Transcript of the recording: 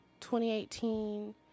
2018